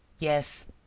yes,